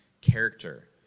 character